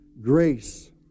grace